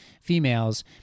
females